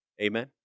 Amen